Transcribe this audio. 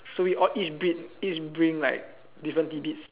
so we all each bring each bring like different tidbits